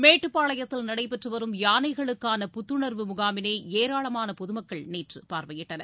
மேட்டுப்பாளையத்தில் நடைபெற்று வரும் யானைகளுக்கான புத்துணர்வு முகாமினை ஏராளமான பொதுமக்கள் நேற்று பார்வையிட்டனர்